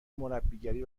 مربیگری